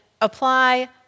apply